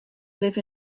live